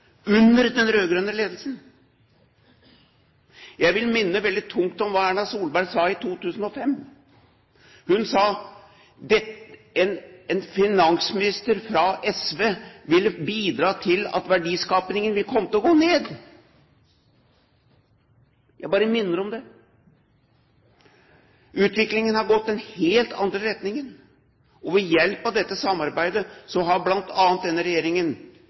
under den rød-grønne ledelsen. Jeg vil minne veldig tungt om hva Erna Solberg sa i 2005. Hun sa at en finansminister fra SV ville bidra til at verdiskapingen ville komme til å gå ned. Jeg bare minner om det. Utviklingen har gått i den helt andre retningen, og ved hjelp av dette samarbeidet har bl.a. denne regjeringen,